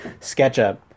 SketchUp